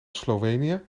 slovenië